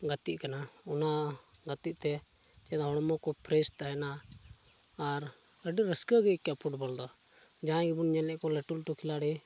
ᱜᱟᱹᱛᱤᱜ ᱠᱟᱱᱟ ᱚᱱᱟ ᱜᱟᱹᱛᱤᱜᱼᱛᱮ ᱪᱮᱫᱟᱜ ᱦᱚᱲᱢᱚ ᱠᱚ ᱯᱷᱨᱮᱥ ᱛᱟᱦᱮᱱᱟ ᱟᱨ ᱟᱹᱰᱤ ᱨᱟᱹᱥᱠᱟᱜᱮ ᱟᱹᱭᱠᱟᱹᱜᱼᱟ ᱯᱷᱩᱴᱵᱚᱞ ᱫᱚ ᱡᱟᱦᱟᱸᱭ ᱜᱮᱵᱚᱱ ᱧᱮᱞᱮᱫ ᱠᱚ ᱞᱟᱹᱴᱩ ᱞᱟᱹᱴᱩ ᱠᱷᱤᱞᱟᱲᱤ